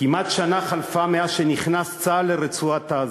כמעט שנה חלפה מאז נכנס צה"ל לרצועת-עזה,